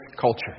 culture